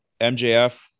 MJF